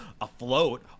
afloat